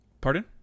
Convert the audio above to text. pardon